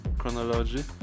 chronology